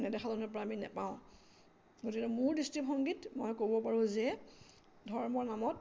নেদেখাজনৰ পৰা আমি নেপাওঁ গতিকে মোৰ দৃষ্টিভংগীত মই ক'ব পাৰোঁ যে ধৰ্মৰ নামত